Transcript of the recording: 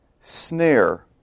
snare